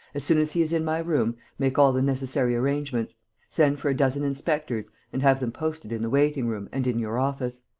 as soon as he is in my room, make all the necessary arrangements send for a dozen inspectors and have them posted in the waiting-room and in your office.